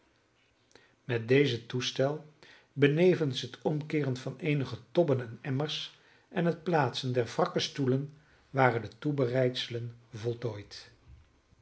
met dezen toestel benevens het omkeeren van eenige tobben en emmers en het plaatsen der wrakke stoelen waren de toebereidselen voltooid